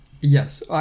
Yes